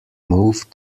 moved